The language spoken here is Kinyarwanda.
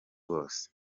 wose